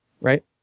right